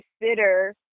consider